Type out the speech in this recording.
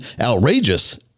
outrageous